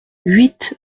huit